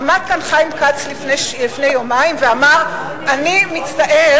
עמד כאן חיים כץ לפני יומיים ואמר: אני מצטער,